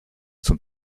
zum